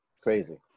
Crazy